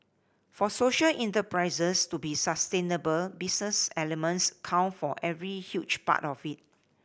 for social enterprises to be sustainable business elements count for every huge part of it